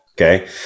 okay